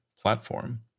platform